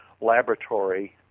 laboratory